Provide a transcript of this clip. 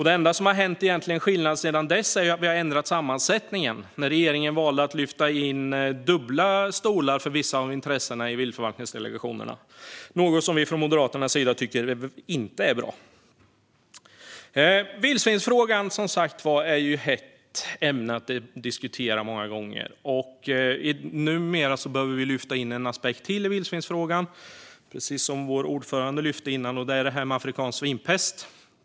Det enda som egentligen har hänt sedan dess är att sammansättningen ändrades när regeringen valde att lyfta in dubbla stolar för vissa av intressena i viltförvaltningsdelegationerna, något som vi från Moderaternas sida inte tycker är bra. Vildsvinsfrågan är som sagt många gånger ett hett ämne att diskutera. Numera behöver vi lyfta in ytterligare en aspekt i vildsvinsfrågan, precis som vår ordförande tog upp tidigare, nämligen detta med afrikansk svinpest.